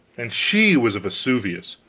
and she was a vesuvius.